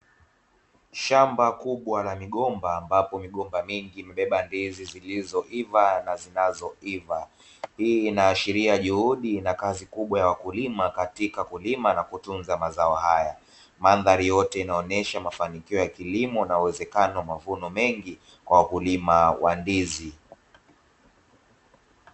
Shamba kubwa la migomba ambapo migomba mingi imebeba ndizi zilizoiva na zinazoiva. Hii inaashiria juhudi na kazi kubwa ya wakulima katika kulima na kutunza mazao haya. Mandhari yote inaonesha mafanikio ya kilimo na uwezekano wa mavuno mengi kwa wakulima wa ndizi.